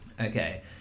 Okay